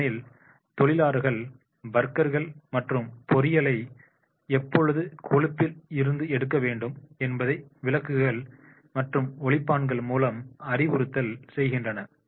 ஏனெனில் தொழிலாளர்கள் பர்கர்கள் மற்றும் பொரியலை எப்பொழுது கொழுப்பில் இருந்து எடுக்க வேண்டும் என்பதை விளக்குகல் மற்றும் ஒலிப்பான்கள் மூலம் அறிவுறுத்தல் செய்கின்றன